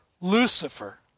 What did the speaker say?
Lucifer